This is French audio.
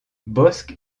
bosc